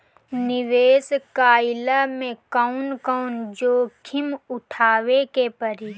निवेस कईला मे कउन कउन जोखिम उठावे के परि?